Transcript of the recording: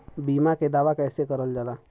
बीमा के दावा कैसे करल जाला?